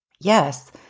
Yes